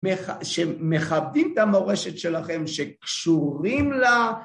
שמכבדים את המורשת שלכם שקשורים לה